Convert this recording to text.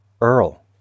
Earl